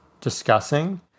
discussing